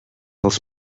als